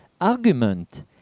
argument